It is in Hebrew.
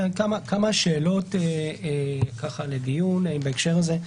כמה שאלות לדיון בהקשר הזה,